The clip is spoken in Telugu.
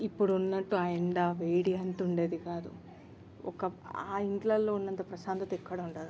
ఇప్పుడు ఉన్నట్టు ఆ ఎండ వేడి అంత ఉండేది కాదు ఒక ఆ ఇళ్ళల్లో ఉన్నంత ప్రశాంతత ఎక్కడా ఉండదు